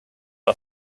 are